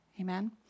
Amen